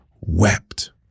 wept